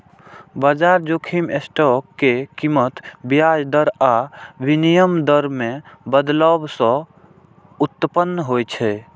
बाजार जोखिम स्टॉक के कीमत, ब्याज दर आ विनिमय दर मे बदलाव सं उत्पन्न होइ छै